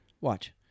Watch